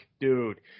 dude